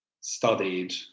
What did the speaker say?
studied